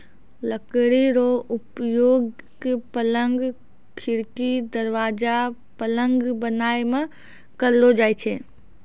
लकड़ी रो उपयोगक, पलंग, खिड़की, दरबाजा, पलंग बनाय मे करलो जाय छै